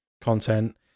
content